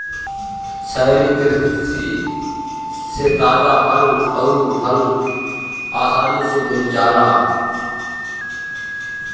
शहरी कृषि से ताजा सब्जी अउर फल आसानी से मिल जाला